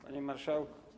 Panie Marszałku!